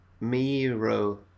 Miro